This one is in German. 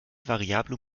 variable